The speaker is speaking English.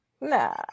No